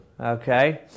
Okay